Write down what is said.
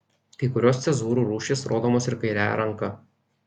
kai kurios cezūrų rūšys rodomos ir kairiąja ranka